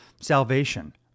salvation